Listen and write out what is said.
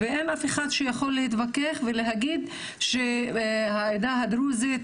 אין אף אחד שיכול להתווכח ולהגיד שהעדה הדרוזית